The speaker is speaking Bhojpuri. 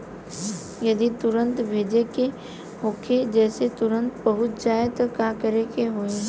जदि तुरन्त भेजे के होखे जैसे तुरंत पहुँच जाए त का करे के होई?